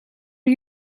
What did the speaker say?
are